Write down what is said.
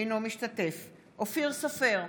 אינו משתתף בהצבעה אופיר סופר,